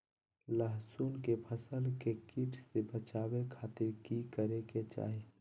लहसुन के फसल के कीट से बचावे खातिर की करे के चाही?